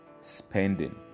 spending